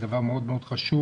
זה דבר מאוד חשוב.